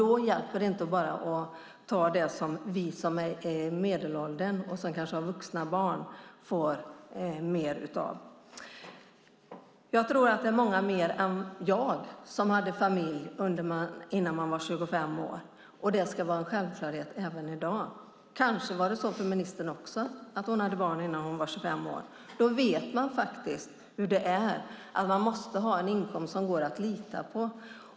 Då hjälper det inte att bara peka på det som vi som är i medelåldern och kanske har vuxna barn får mer av. Jag tror att det är många mer än jag som hade familj innan de var 25 år. Det ska vara en självklarhet även i dag. Kanske hade ministern också barn innan hon var 25 år. Då vet man hur det är: Man måste ha en inkomst som går att lita på.